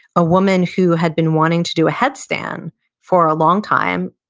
a woman who had been wanting to do a headstand for a long time,